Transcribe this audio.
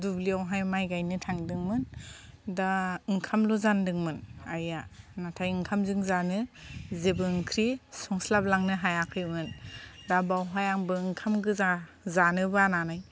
दुब्लियावहाय माइ गायनो थांदोंमोन दा ओंखामल' जानदोंमोन आइया नाथाय ओंखामजों जानो जेबो ओंख्रि संस्लाब लांनो हायाखैमोन दा बावहाय आंबो ओंखाम गोजा जानो बानानै